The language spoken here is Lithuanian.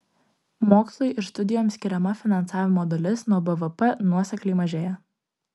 mokslui ir studijoms skiriama finansavimo dalis nuo bvp nuosekliai mažėja